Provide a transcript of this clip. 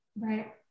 right